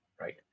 right